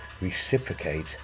reciprocate